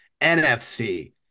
nfc